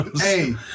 Hey